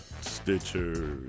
Stitcher